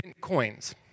coins